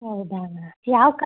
ಹೌದಾ ಅಣ್ಣ ಯಾವ ಕ